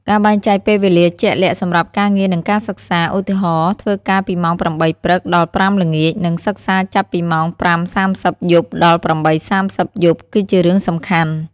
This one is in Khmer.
ការបែងចែកពេលវេលាជាក់លាក់សម្រាប់ការងារ និងការសិក្សា ឧទាហរណ៍ ធ្វើការពីម៉ោង ៨ ព្រឹក ដល់ ៥ ល្ងាច និងសិក្សាចាប់ពីម៉ោង ៥:៣០ យប់ ដល់ ៨:៣០ យប់ គឺជារឿងសំខាន់។